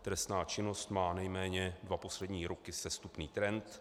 Trestná činnost má nejméně dva poslední roky sestupný trend.